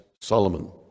Solomon